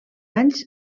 anys